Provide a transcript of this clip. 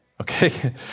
okay